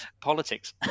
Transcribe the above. politics